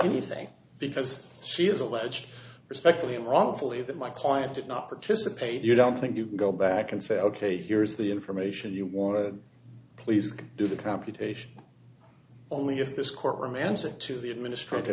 anything because she is alleged respectfully wrongfully that my client did not participate you don't think you can go back and say ok here's the information you want to please go do the computation only if this court romancer to the administrati